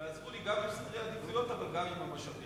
תעזרו לי גם עם סדרי העדיפויות אבל גם עם המשאבים.